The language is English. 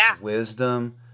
wisdom